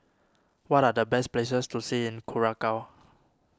what are the best places to see in Curacao